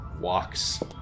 walks